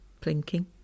plinking